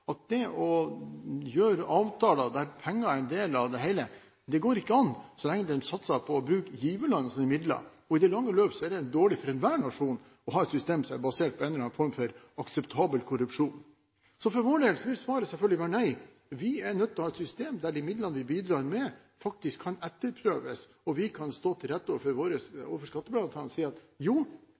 at det å gjøre avtaler der penger er en del av det hele, ikke går an så lenge de satser på å bruke giverlandenes midler. I det lange løp er det dårlig for enhver nasjon å ha et system som er basert på en eller annen form for akseptabel korrupsjon. For vår del vil svaret selvfølgelig være nei. Vi er nødt til å ha et system der de midlene vi bidrar med, faktisk kan etterprøves og vi kan stå til rette overfor våre skattebetalere og si at